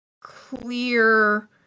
clear